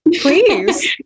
please